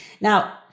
Now